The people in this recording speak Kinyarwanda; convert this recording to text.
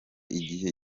igihe